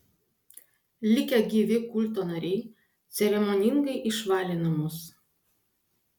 likę gyvi kulto nariai ceremoningai išvalė namus